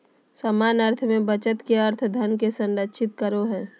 सामान्य अर्थ में बचत के अर्थ धन के संरक्षित करो हइ